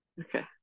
okay